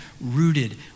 rooted